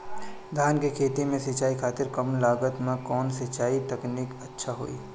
धान के खेती में सिंचाई खातिर कम लागत में कउन सिंचाई तकनीक अच्छा होई?